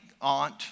aunt